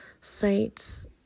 sites